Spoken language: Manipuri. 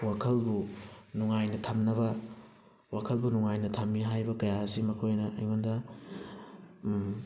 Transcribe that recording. ꯋꯥꯈꯜꯕꯨ ꯅꯨꯡꯉꯥꯏꯅ ꯊꯝꯅꯕ ꯋꯥꯈꯜꯕꯨ ꯅꯨꯡꯉꯥꯏꯅ ꯊꯝꯃꯤ ꯍꯥꯏꯕ ꯀꯌꯥ ꯑꯁꯤ ꯃꯈꯣꯏꯅ ꯑꯩꯉꯣꯟꯗ